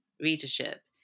readership